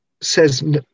says